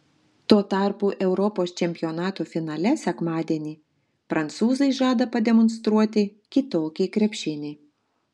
tuo tarpu europos čempionato finale sekmadienį prancūzai žada pademonstruoti kitokį krepšinį